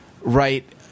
right